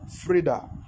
Frida